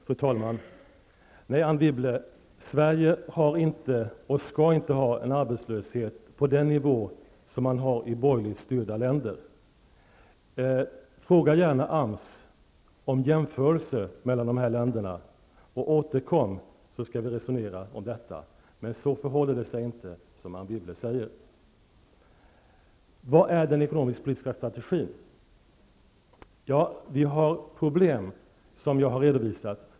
Fru talman! Nej, Anne Wibble, Sverige har inte och skall inte ha en arbetslöshet på den nivå som man har i borgerligt styrda länder. Fråga gärna AMS om en jämförelse mellan dessa länder och återkom, så skall vi resonera om detta. Det förhåller sig inte så som Anne Wibble säger. Vad är den ekonomisk-politiska strategin? Ja, vi har problem som jag har redovisat.